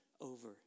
over